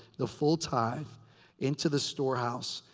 the full tithe into the storehouse,